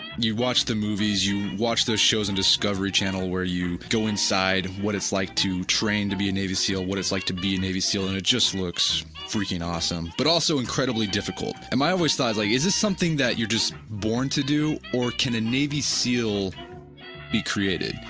you watch the movies, you watch the shows in discovery channel where you go inside what it's like to train to be a navy seal, what it's like to be a navy seal. and it just looks freaking awesome but also incredibly difficult. and i always thought like is this something that you're just born to do or can a navy seal be created?